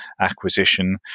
acquisition